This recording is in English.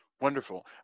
wonderful